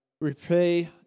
Repay